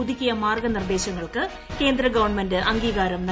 പുതുക്കിയ മാർഗ്ഗനിർദ്ദേശങ്ങൾക്ക് ക്ക് ്ട്രക് ഗവൺമെന്റ് അംഗീകാരം നൽകി